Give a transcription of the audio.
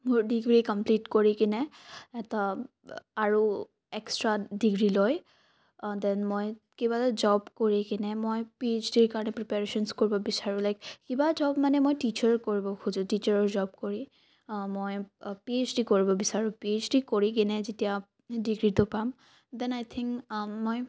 মোৰ degree complete কৰি কিনে এটা আৰু এক্সট্ৰা ডিগ্ৰী লৈ দেন মই কিবা এটা জব কৰি কিনে মই পিএইছডিৰ কাৰণে প্ৰিপ্যেৰেশ্যনচ কৰিব বিচাৰোঁ লাইক কিবা জব মানে মই টিচাৰ কৰিব খোজোঁ টিচাৰৰ জব কৰি মই পিএইছডি কৰিব বিচাৰোঁ পিএইছডি কৰি কিনে যেতিয়া ডিগ্ৰীটো পাম দেন আই থিংক মই